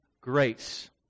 grace